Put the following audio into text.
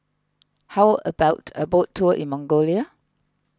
how about a boat tour in Mongolia